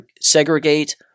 segregate